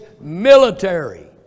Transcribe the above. military